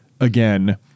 again